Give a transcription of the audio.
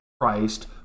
Christ